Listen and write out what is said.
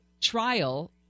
trial